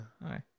right